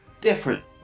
different